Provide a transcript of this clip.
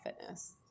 fitness